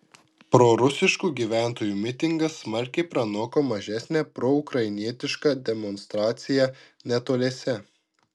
prorusiškų gyventojų mitingas smarkiai pranoko mažesnę proukrainietišką demonstraciją netoliese